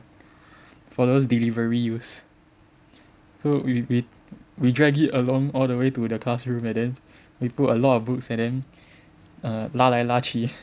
for those delivery use so we we we drag it along all the way to the classroom and then we put a lot of books and then err 拉来拉去